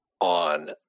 on